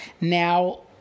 Now